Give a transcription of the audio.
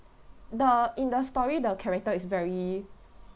the in the story the character is very